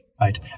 Right